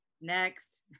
Next